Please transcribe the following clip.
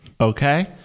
Okay